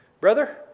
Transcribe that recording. Brother